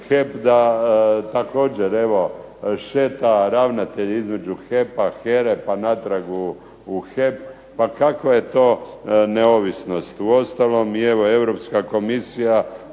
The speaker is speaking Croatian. Također evo šeta ravnatelj između HEP-a, HERA-e pa natrag u HEP, pa kakva je to neovisnost. Uostalom i evo Europska komisija